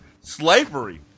slavery